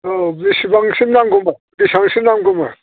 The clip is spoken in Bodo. औ बेसेबांसो नांगौमोन बेसेबांसो नांगौमोन